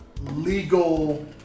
legal